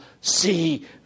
see